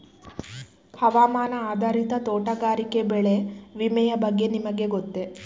ಹವಾಮಾನ ಆಧಾರಿತ ತೋಟಗಾರಿಕೆ ಬೆಳೆ ವಿಮೆಯ ಬಗ್ಗೆ ನಿಮಗೆ ಗೊತ್ತೇ?